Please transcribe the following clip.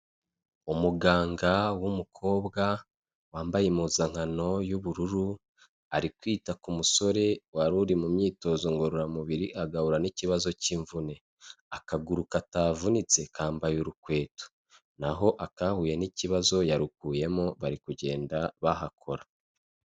Umuganga w'umukobwa wambaye impuzankano y'ubururu ari kwita ku musore wari uri mu myitozo ngororamubiri agahura n'ikibazo cy'imvune akaguru katavunitse kambaye urukweto naho akahuye n'ikibazo yarukuyemo bari kugenda bahakora.